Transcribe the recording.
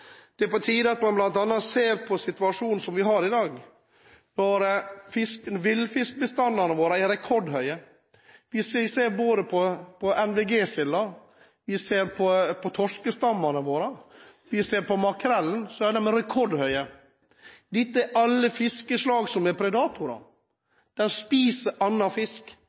er på tide at man bl.a. ser på situasjonen som vi har i dag, når villfiskbestandene våre er rekordhøye. Hvis vi ser på NVG-silda, på torsken vår og på makrellen, ser vi at bestandene er rekordhøye. Alle disse er fiskeslag som er predatorer – de spiser annen fisk.